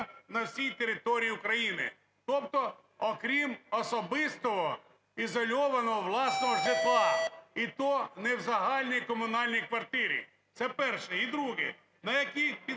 на всій території України, тобто окрім особистого ізольованого власного житла, і то не в загальній комунальній квартирі. Це перше. І друге.